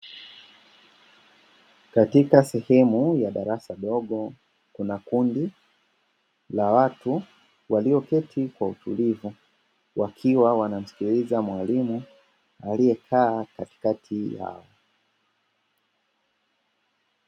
Katika sehemu ya darasa dogo kuna kundi la watu walioketi kwa utulivu, wakiwa wanamsikiliza mwalimu aliyekaa katikati yao.